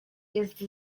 jest